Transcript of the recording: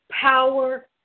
power